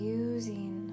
using